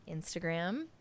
Instagram